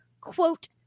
quote